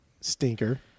Stinker